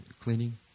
cleaning